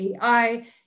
AI